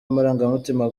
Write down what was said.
amarangamutima